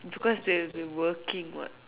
because they have been working what